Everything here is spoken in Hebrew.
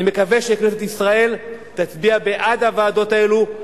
אני מקווה שכנסת ישראל תצביע בעד הוועדות האלה,